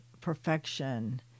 perfection